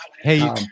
hey